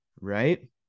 right